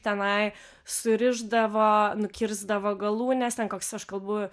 tenai surišdavo nukirsdavo galūnes ten koks aš kalbu